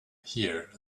here